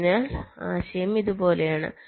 അതിനാൽ ആശയം ഇതുപോലെയാണ്